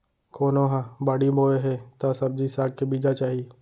कोनो ह बाड़ी बोए हे त सब्जी साग के बीजा चाही